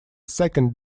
second